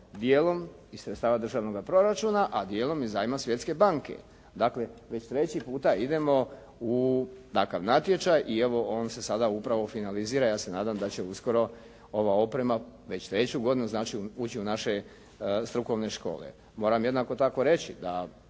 dijelom iz sredstava državnog proračuna, a dijelom iz zajma Svjetske banke. Dakle već treći puta idemo u takav natječaj i evo on se sada upravo finalizira, ja se nadam da će uskoro ova oprema već treću godinu ući u naše strukovne škole. Moram jednako tako reći da